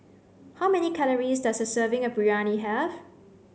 How many calories does a serving of Biryani have